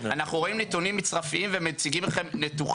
אנחנו רואים נתונים מצרפיים ומציגים לכם ניתוחים.